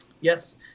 Yes